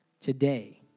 today